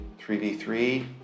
3v3